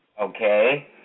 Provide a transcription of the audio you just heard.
Okay